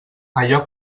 allò